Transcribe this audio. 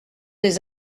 des